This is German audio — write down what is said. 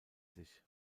sich